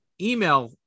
email